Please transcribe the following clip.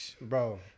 bro